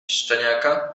szczeniaka